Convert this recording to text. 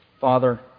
Father